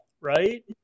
right